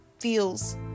feels